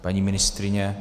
Paní ministryně?